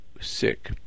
sick